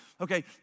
Okay